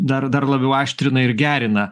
dar dar labiau aštrina ir gerina